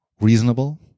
reasonable